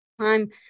time